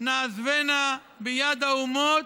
נעזבנה ביד האומות,